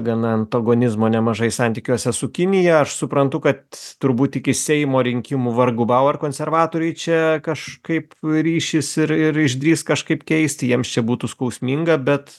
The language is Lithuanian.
gana antagonizmo nemažai santykiuose su kinija aš suprantu kad turbūt iki seimo rinkimų vargu bau ar konservatoriai čia kažkaip ryšis ir ir išdrįs kažkaip keisti jiems čia būtų skausminga bet